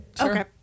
Okay